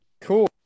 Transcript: cool